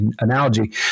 analogy